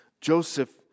Joseph